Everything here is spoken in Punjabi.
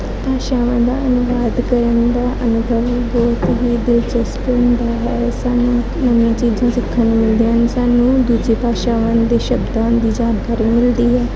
ਭਾਸ਼ਾਵਾਂ ਦਾ ਅਨੁਵਾਦ ਕਰਨ ਦਾ ਅਨੁਭਵ ਬਹੁਤ ਹੀ ਦਿਲਚਸਪ ਹੁੰਦਾ ਹੈ ਸਾਨੂੰ ਨਵੀਆਂ ਚੀਜ਼ਾਂ ਸਿੱਖਣ ਨੂੰ ਮਿਲਦੀਆਂ ਹਨ ਸਾਨੂੰ ਦੂਜੇ ਭਾਸ਼ਾਵਾਂ ਦੇ ਸ਼ਬਦਾਂ ਦੀ ਜਾਣਕਾਰੀ ਮਿਲਦੀ ਹੈ